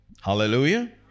Hallelujah